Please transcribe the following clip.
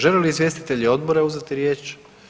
Žele li izvjestitelji odbora uzeti riječ?